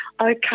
okay